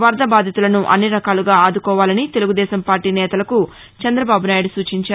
వరద బాధితులను అన్ని రకాలుగా ఆదుకోవాలని తెలుగు దేశం పార్లీ నేతలకు చంద్రబాబు నాయుడు సూచించారు